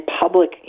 public